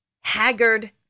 haggard